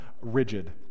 rigid